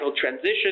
transition